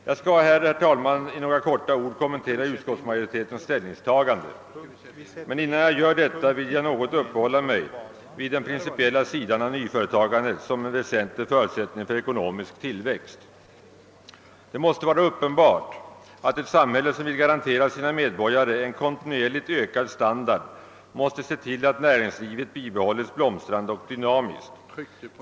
Jag skall, herr talman, med några ord kommentera utskottsmajoritetens ställningstagande. Innan jag gör det vill jag dock något uppehålla mig vid den principiella frågan om nyföretagande såsom en väsentlig förutsättning för ekonomisk tillväxt. Det måste vara uppenbart att ett samhälle som vill garantera sina medborgare en kontinuerligt ökad standard måste se till att näringslivet bibehålles blomstrande och dynamiskt.